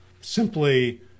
simply